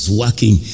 working